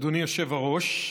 אדוני היושב-ראש,